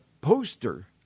poster